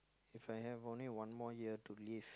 If I have only one more year to live